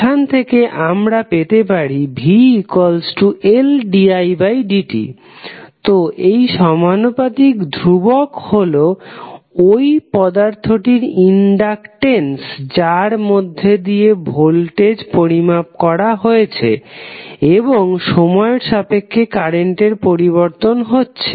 এখান থেকে আমরা পেতে পারি vLdidt তো এই সমানুপাতিক দ্রুবক হলো ওই পদার্থটির ইনডাকটেন্স যার মধ্যে দিয়ে ভোল্টেজ পরিমাপ করা হয়েছে এবং সময়ের সাপেক্ষে কারেন্টের পরিবর্তন হচ্ছে